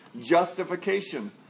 justification